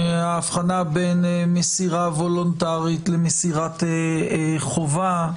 ההבחנה בין מסירה וולונטרית למסירת חובה,